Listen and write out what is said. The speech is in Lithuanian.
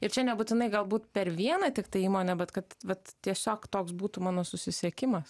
ir čia nebūtinai galbūt per vieną tiktai įmonę bet kad vat tiesiog toks būtų mano susisiekimas